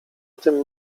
tym